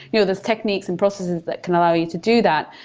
you know there's techniques and processes that can allow you to do that,